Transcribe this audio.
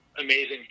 amazing